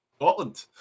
Scotland